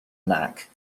mac